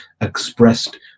expressed